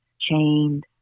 chained